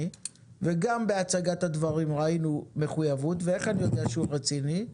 וגם בהצגת הדברים ראינו מחויבות ואיך אני יודע שהוא רציני?